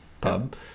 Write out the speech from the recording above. pub